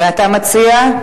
ואתה מציע?